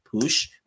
push